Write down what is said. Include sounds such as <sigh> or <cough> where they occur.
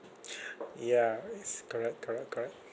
<breath> ya is correct correct correct